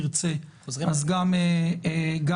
שמטפל גם